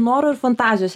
noro ir fantazijos